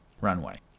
runway